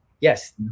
Yes